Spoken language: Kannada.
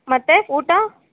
ಮತ್ತೆ ಊಟ